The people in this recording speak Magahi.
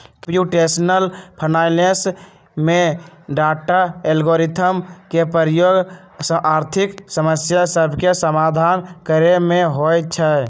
कंप्यूटेशनल फाइनेंस में डाटा, एल्गोरिथ्म के प्रयोग आर्थिक समस्या सभके समाधान करे में होइ छै